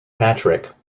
patrick